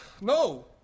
No